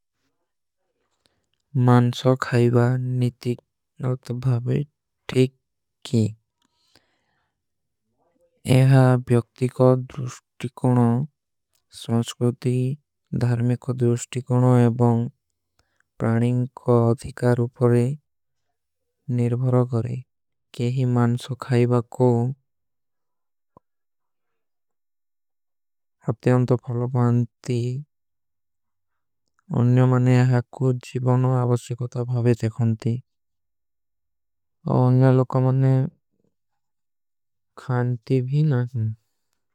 ମାନ୍ସୋ ଖାଈବା ନିତିକ ଅପ୍ଥା ଭାଵେ ଠୀକ। କୀ ଏହା ବ୍ଯୋକ୍ତି କା ଦ୍ରୁଷ୍ଟିକୁଣ ସଂଶ୍କୁତି। ଧାର୍ମିକ କା ଦ୍ରୁଷ୍ଟିକୁଣ ଏବଂ ପ୍ରାନିଂଗ କା ଅଧିକାର ଉପରେ ନିର୍ଭରା। କରେଂ କେହୀ ମାନ୍ସୋ ଖାଈବା କୋ ଅପତେ ଅଂତୋ ଫଲଵାନତୀ ଅନ୍ଯୋ। ମାନେ ଆଖୁ ଜିଵନୋ ଆବସୀକୋତା ଭାଵେ ଦେଖନତୀ ଔର ଅନ୍ଯା। ଲୋକା ମାନେ ଖାନତୀ ଭୀ ନାଜୀନ।